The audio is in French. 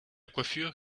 coiffure